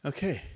Okay